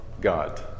God